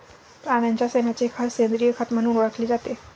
प्राण्यांच्या शेणाचे खत सेंद्रिय खत म्हणून ओळखले जाते